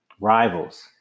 rivals